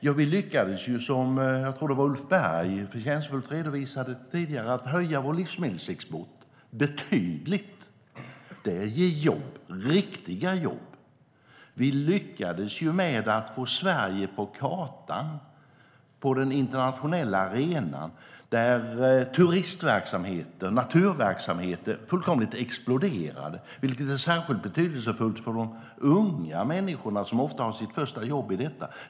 Ja, vi lyckades med att, som jag tror att Ulf Berg förtjänstfullt redovisade tidigare, höja vår livsmedelsexport betydligt. Det ger jobb, riktiga jobb. Vi lyckades med att få Sverige på kartan, på den internationella arenan, där turistverksamheten och naturverksamheten fullkomligt exploderade, vilket är särskilt betydelsefullt för de unga människorna, som ofta har sitt första jobb där.